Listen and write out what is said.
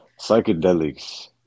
psychedelics